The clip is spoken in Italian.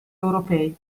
europei